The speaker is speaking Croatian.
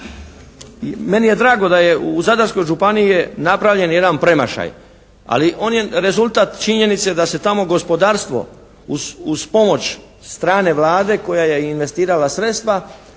Meni je drago da je, u Zadarskoj županiji je napravljen jedan premašaj, ali on je rezultat činjenice da se tamo gospodarstvo uz pomoć strane Vlade koja je investirala sredstva